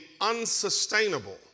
unsustainable